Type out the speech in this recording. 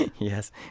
Yes